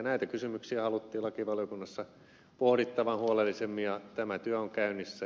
näitä kysymyksiä haluttiin lakivaliokunnassa pohdittavan huolellisemmin ja tämä työ on käynnissä